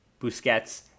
Busquets